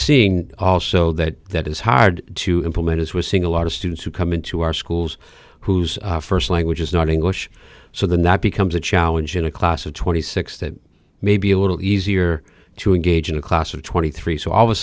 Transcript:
seeing also that that is hard to implement as we're seeing a lot of students who come into our schools whose first language is not english so the not becomes a challenge in a class of twenty six that may be a little easier to engage in a class of twenty three so all of a